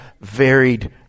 varied